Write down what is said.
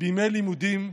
בימי לימודים,